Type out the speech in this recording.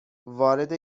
وارد